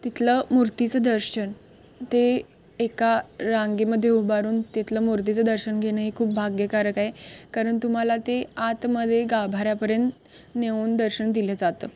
तिथलं मूर्तीचं दर्शन ते एका रांगेम उभारून तिथलं मूर्तीचं दर्शन घेणं हे खूप भाग्यकारक आहे कारण तुम्हाला ते आतमध्ये गाभाऱ्यापर्यंत नेऊन दर्शन दिलं जातं